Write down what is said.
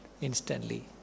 instantly